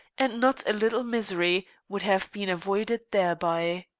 and not a little misery, would have been avoided thereby.